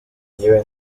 agira